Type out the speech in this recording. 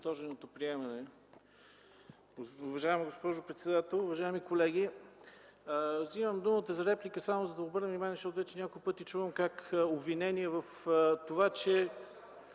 възторженото приемане. Уважаема госпожо председател, уважаеми колеги! Вземам думата за реплика само за да обърна внимание, защото вече няколко пъти чувам обвинения, че